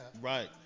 Right